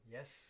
Yes